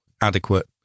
adequate